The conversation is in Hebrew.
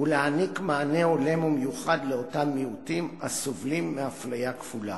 ולהעניק מענה הולם ומיוחד לאותם מיעוטים הסובלים מאפליה כפולה.